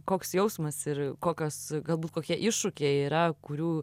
koks jausmas ir kokios galbūt kokie iššūkiai yra kurių